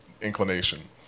inclination